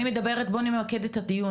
בואי נמקד את הדיון,